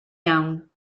iawn